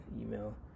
email